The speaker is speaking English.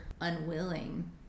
unwilling